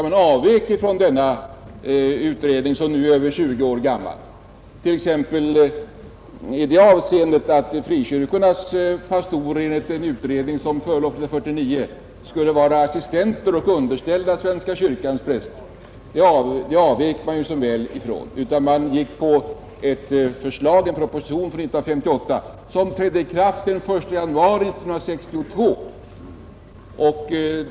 Man avvek från den utredningen, som nu är över 20 år gammal, t.ex. i det avseendet att frikyrkornas pastorer skulle vara assistenter och underställda svenska kyrkans präster. Det avvek man ifrån, som väl var, och gick i stället på förslaget i propositionen 1958, vilket trädde i kraft den 1 januari 1962.